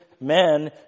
men